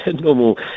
normal